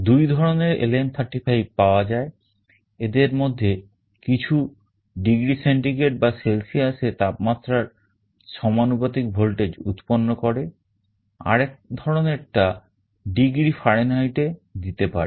দুই ধরনের LM35 পাওয়া যায় এদের মধ্যে কিছু ডিগ্রী সেন্টিগ্রেড বা সেলসিয়াসে তাপমাত্রার সমানুপাতিক ভোল্টেজ উৎপন্ন করে আরেক ধরনের টা ডিগ্রী ফারেনহাইটে দিতে পারে